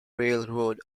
railroad